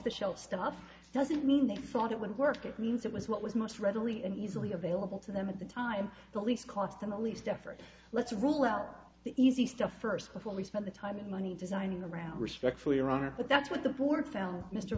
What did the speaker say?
the shelf stuff doesn't mean they thought it would work it means it was what was most readily and easily available to them at the time the least cost in the least effort let's rule out the easy stuff first before we spend the time and money designing around respectfully around it but that's what the board felt mr